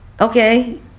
Okay